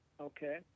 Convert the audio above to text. okay